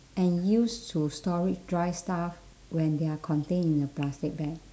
and use to store it dry stuff when they are contained in a plastic bag